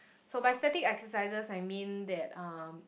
so by static exercises I mean that um